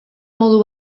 modu